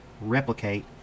replicate